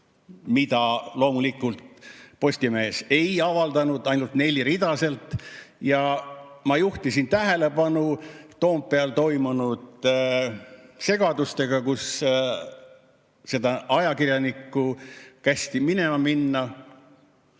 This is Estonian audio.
mida loomulikult Postimees ei avaldanud, ainult neli [sõna] sealt. Ma juhtisin tähelepanu Toompeal toimunud segadustele, kui sellel ajakirjanikul kästi minema minna.